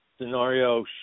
scenario